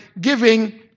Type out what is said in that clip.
giving